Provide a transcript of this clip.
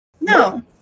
No